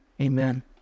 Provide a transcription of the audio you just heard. amen